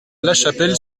lachapelle